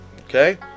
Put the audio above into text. okay